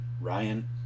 Ryan